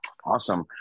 Awesome